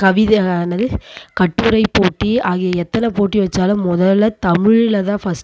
கவிதை என்னது கட்டுரை போட்டி ஆகிய எத்தனை போட்டி வைச்சாலும் முதலில் தமிழில் தான் ஃபஸ்ட்டு